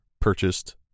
purchased